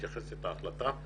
מתייחסת ההחלטה,